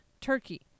Turkey